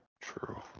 True